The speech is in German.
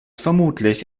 vermutlich